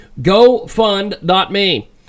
GoFund.me